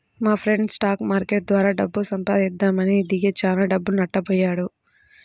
మాఫ్రెండు stock market ద్వారా డబ్బు సంపాదిద్దామని దిగి చానా డబ్బులు నట్టబొయ్యాడు